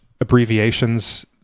abbreviations